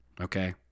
okay